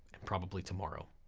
and probably tomorrow.